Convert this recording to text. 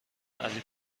علی